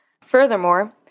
Furthermore